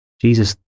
Jesus